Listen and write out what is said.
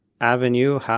avenue